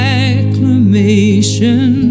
acclamation